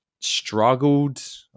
struggled